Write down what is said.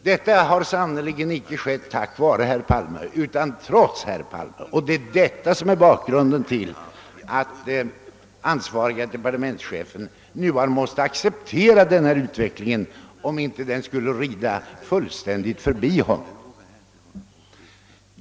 Detta har sannerligen inte skett tack vare herr Palme utan trots herr Palme, och det är bakgrunden till att den ansvarige departe mentschefen nu måste acceptera denna utveckling, om den inte fullständigt skall rida förbi honom.